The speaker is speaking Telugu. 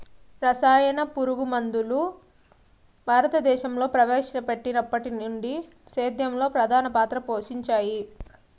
రసాయన పురుగుమందులు భారతదేశంలో ప్రవేశపెట్టినప్పటి నుండి సేద్యంలో ప్రధాన పాత్ర పోషించాయి